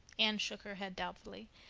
anne shook her head doubtfully.